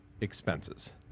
expenses